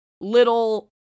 little